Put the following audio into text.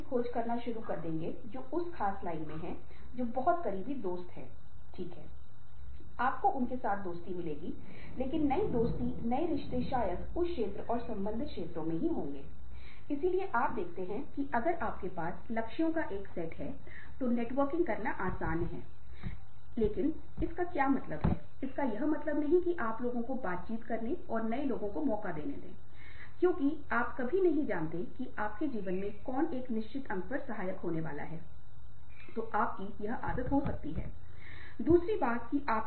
और यह बोलता है कि यह व्यक्ति की स्वयं के भीतर भावनाओं को पहचानने और उन्हें दूसरों में पहचानने की क्षमता है और यह व्यवहार को संशोधित करना है इसका मतलब है कि मैं अपने आप को मेरी भावनाओं के साथ साथ उन अन्य व्यक्तियों को भी समझूंगा जिनके साथ मैं बात करता हूं